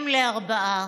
אם לארבעה.